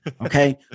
Okay